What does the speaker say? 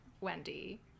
Wendy